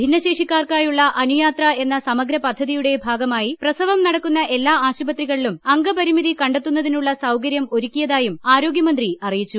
ഭിന്നശേഷിക്കാർക്കായുള്ള അനുയാത്ര എന്ന സമഗ്രപദ്ധതിയുടെ ഭാഗമായി പ്രസവം നടക്കുന്ന എല്ലാ ആശുപത്രികളിലും അംഗപരിമിതി കണ്ടെത്തുന്നതിനുള്ള സൌകര്യം ഒരുക്കിയതായും ആരോഗ്യമന്ത്രി അറിയിച്ചു